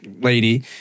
lady